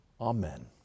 Amen